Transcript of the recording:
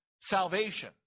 Salvation